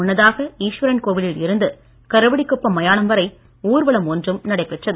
முன்னதாக ஈஸ்வரன் கோவிலில் இருந்து கருவடிக்குப்பம் மயானம் வரை ஊர்வலம் ஒன்றும் நடைபெற்றது